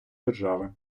держави